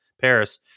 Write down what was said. Paris